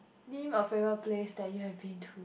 name a favourite place that you have been to